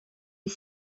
est